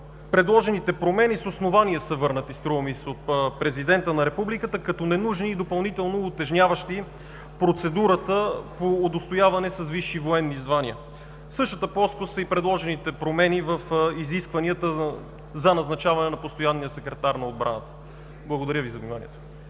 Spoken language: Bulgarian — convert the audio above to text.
предложените промени с основание са върнати, струва ми се, от президента на Републиката, като ненужни и допълнително утежняващи процедурата по удостояване с висши военни звания. На същата плоскост са и предложените промени в изискванията за назначаване на постоянния секретар на отбраната. Благодаря Ви за вниманието.